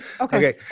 Okay